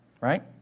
right